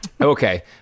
Okay